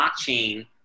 blockchain